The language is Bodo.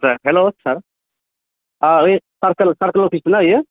आतसा हेलौ सार ओइ सारकोल अफिस ना इयो